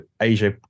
asia